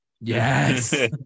Yes